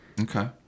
okay